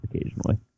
occasionally